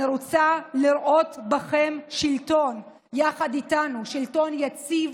אני רוצה לראות בכם שלטון יחד איתנו, שלטון יציב,